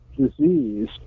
disease